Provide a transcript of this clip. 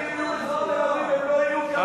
אם הם יהיו בצפון תל-אביב הם לא יהיו פה,